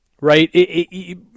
right